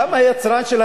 למה יצרן השמן,